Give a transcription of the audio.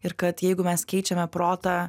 ir kad jeigu mes keičiame protą